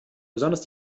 besonders